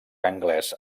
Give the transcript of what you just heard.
anglès